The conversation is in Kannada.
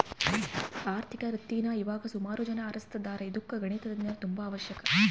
ಆರ್ಥಿಕ ವೃತ್ತೀನಾ ಇವಾಗ ಸುಮಾರು ಜನ ಆರಿಸ್ತದಾರ ಇದುಕ್ಕ ಗಣಿತದ ಜ್ಞಾನ ತುಂಬಾ ಅವಶ್ಯಕ